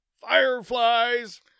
Fireflies